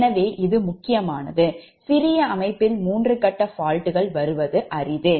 எனவே இது முக்கியமானது சிரிய அமைப்பில் மூன்று கட்ட faultகள் வருவது அறிது